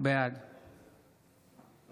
בעד